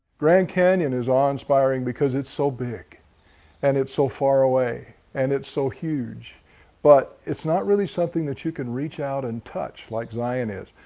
grand canyon is awe-inspiring because it's so big and it's so far away and it's so huge but it's not really something that you can reach out and touch like zion is.